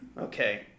Okay